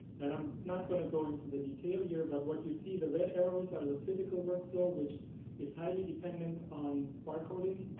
and i'm not going to go into the detail here, but what you see are the red arrows are the physical work flow, which is highly dependant on barcoding,